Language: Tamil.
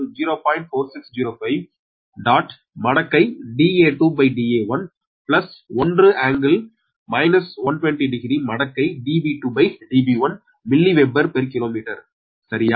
4605 மடக்கை Da2 Da1 1∟ 1200 மடக்கை Db2 Db1 milli weber per kilometre சரியா